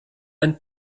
ein